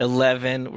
Eleven